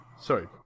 Sorry